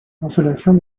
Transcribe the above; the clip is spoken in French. consolation